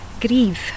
grieve